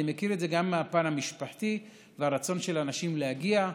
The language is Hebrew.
אני מכיר את זה גם מהפן המשפחתי והרצון של אנשים להגיע.